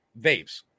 vapes